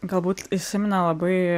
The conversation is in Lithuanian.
galbūt įsiminė labai